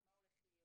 מה הולך להיות,